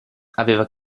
aveva